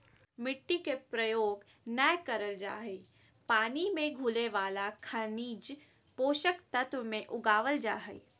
मिट्टी के प्रयोग नै करल जा हई पानी मे घुले वाला खनिज पोषक तत्व मे उगावल जा हई